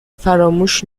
فراموش